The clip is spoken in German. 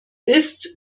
ist